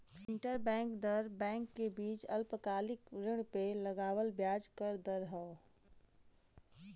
interbank दर bank के बीच अल्पकालिक ऋण पे लगावल ब्याज क दर हौ